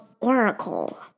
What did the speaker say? oracle